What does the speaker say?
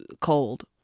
cold